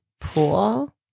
pool